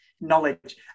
knowledge